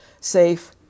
safe